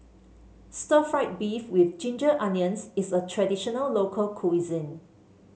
Stir Fried Beef with Ginger Onions is a traditional local cuisine